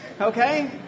Okay